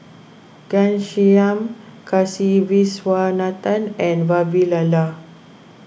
Ghanshyam Kasiviswanathan and Vavilala